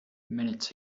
minutes